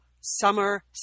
summer